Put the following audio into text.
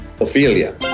Ophelia